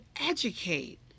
educate